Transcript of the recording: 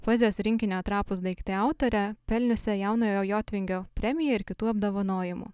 poezijos rinkinio trapūs daiktai autorę pelniusią jaunojo jotvingio premiją ir kitų apdovanojimų